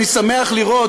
אני שמח לראות,